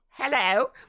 hello